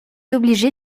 obligé